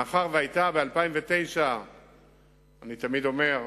מאחר שב-2009 אני תמיד אומר: